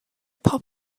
pop